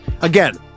Again